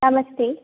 नमस्ते